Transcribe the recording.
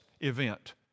event